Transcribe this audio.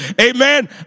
Amen